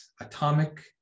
atomic